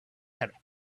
have